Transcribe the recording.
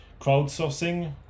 crowdsourcing